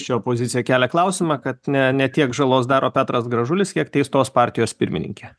ši opozicija kelia klausimą kad ne ne tiek žalos daro petras gražulis kiek teistos partijos pirmininkė